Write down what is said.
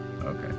Okay